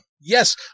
yes